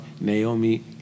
Naomi